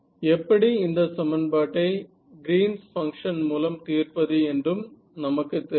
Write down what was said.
எப்படி இந்த சமன்பாட்டை கிரீன்ஸ் ஃபங்ஷன் மூலம் தீர்ப்பது என்றும் நமக்கு தெரியும்